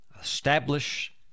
establish